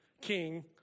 king